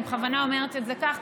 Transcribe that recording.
אני בכוונה אומרת את זה כך,